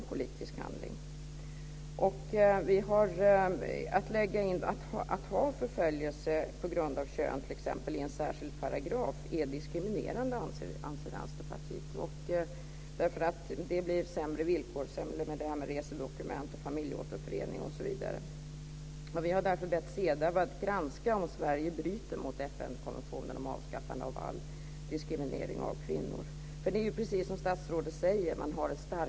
Att ha förföljelse på grund av kön, t.ex., i en särskild paragraf är diskriminerande anser Vänsterpartiet, därför att det blir sämre villkor, t.ex. när det gäller det här med resedokument och familjeåterförening. Vi har därför bett CEDAW att granska om Sverige bryter mot FN-konventionen om avskaffande av all diskriminering av kvinnor. Det är ju precis som statsrådet säger.